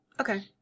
Okay